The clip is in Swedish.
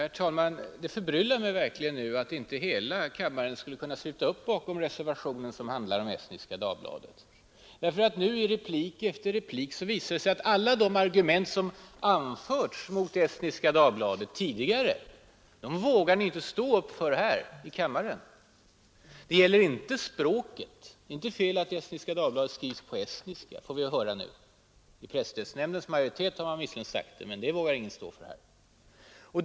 Herr talman! Det förbryllar mig verkligen nu att inte hela kammaren skulle kunna sluta upp bakom reservationen som handlar om Estniska Dagbladet. I replik efter replik visar det sig att alla de argument som anförts mot Estniska Dagbladet tidigare, vågar ni inte stå upp för här i kammaren. Det gäller inte språket. Det är inte fel att Estniska Dagbladet skrivs på estniska, får vi höra nu. I presstödsnämndens majoritet har man visserligen sagt det tidigare, men det vågar ingen stå för här.